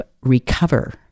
recover